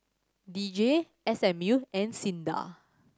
D J S M U and SINDA